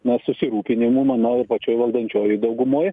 na susirūpinimo manau ir pačioj valdančiojoj daugumoj